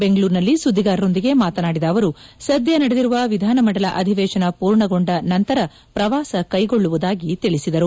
ಬೆಂಗಳೂರಿನಲ್ಲಿ ಸುದ್ದಿಗಾರರೊಂದಿಗೆ ಮಾತನಾದಿದ ಅವರು ಸದ್ಯ ನಡೆದಿರುವ ವಿಧಾನಮಂಡಲ ಅಧಿವೇಶನ ಪೂರ್ಣಗೊಂಡ ನಂತರ ಈ ಪ್ರವಾಸ ಕೈಗೊಳ್ಳುವುದಾಗಿ ತಿಳಿಸಿದರು